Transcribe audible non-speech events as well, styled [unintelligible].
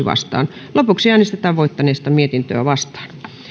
[unintelligible] vastaan lopuksi äänestetään voittaneesta mietintöä vastaan